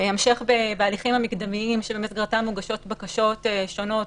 המשך בהליכים המקדמיים שבמסגרתם מוגשות בקשות שונות,